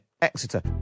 Exeter